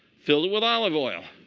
filled it with olive oil.